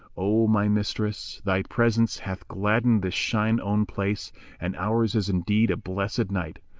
o my mistress, thy presence hath gladdened this shine own place and ours is indeed a blessed night.